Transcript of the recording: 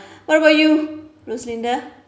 what about you roslinda